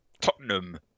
Tottenham